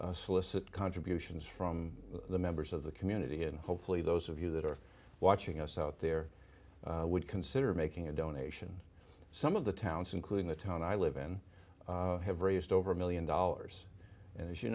also solicit contributions from the members of the community and hopefully those of you that are watching us out there would consider making a donation some of the towns including the town i live in have raised over a one million dollars and as you